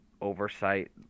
oversight